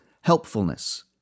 helpfulness